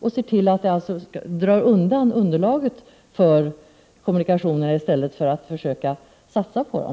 Man ser till att dra undan underlaget för kommunikationerna i stället för att försöka satsa på dem.